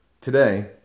Today